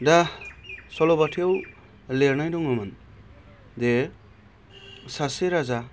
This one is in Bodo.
दा सल'बाथायाव लिरनाय दङमोन दे सासे राजा